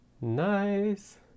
Nice